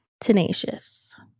Tenacious